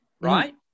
right